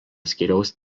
skyriaus